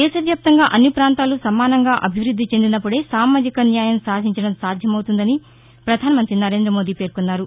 దేశవ్యాప్తంగా అన్ని ప్రాంతాలు సమానంగా అభివృద్ది చెందినపుదే సామాజిక న్యాయం సాధించడం సాధ్యమవుతుందని పధానమంతి నరేందమోదీ పేర్కొన్నారు